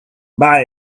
buy